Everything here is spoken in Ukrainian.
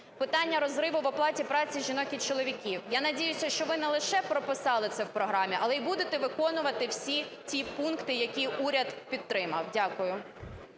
Питання розриву в оплаті праці жінок і чоловіків. Я надіюся, що ви не лише прописали це в програмі, але й будете виконувати всі ті пункти, які уряд підтримав. Дякую.